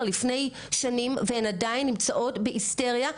לפני שנים והן עדיין נמצאות בהיסטריה,